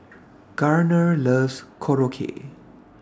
Garner loves Korokke